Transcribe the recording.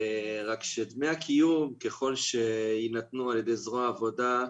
דמי הקיום, ככל שיינתנו על ידי זרוע העבודה,